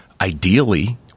ideally